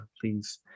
please